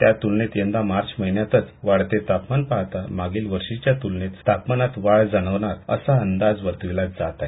त्या त्लनेत यंदा मार्च महिन्यातच वाढते तापमान पाहता मागील वर्षीच्या त्लनेत तापमानात वाढ जाणवणार असा अंदाज वर्तविला जात आहे